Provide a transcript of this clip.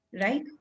Right